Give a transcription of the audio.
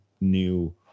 new